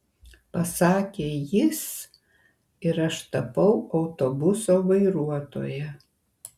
pasakė jis ir aš tapau autobuso vairuotoja